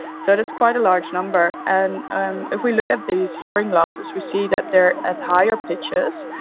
so that's quite a large number. and um if we look at these hearing losses we see that they are at higher pitches,